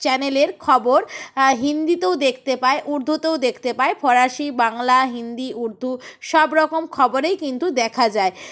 চ্যানেলের খবর হিন্দিতেও দেখতে পায় উর্দুতেও দেখতে পায় ফরাসি বাংলা হিন্দি উর্দু সবরকম খবরেই কিন্তু দেখা যায়